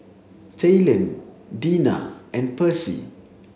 Talon Deena and Percy